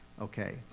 okay